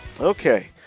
Okay